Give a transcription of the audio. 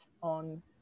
on